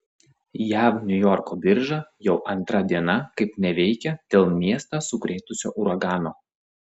jav niujorko birža jau antra diena kaip neveikia dėl miestą sukrėtusio uragano